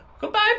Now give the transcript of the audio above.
Goodbye